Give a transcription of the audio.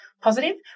positive